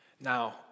Now